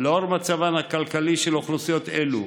לאור מצבן הכלכלי של אוכלוסיות אלו,